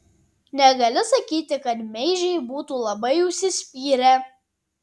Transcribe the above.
negali sakyti kad meižiai būtų labai užsispyrę